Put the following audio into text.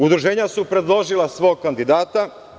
Udruženja su predložila svog kandidata.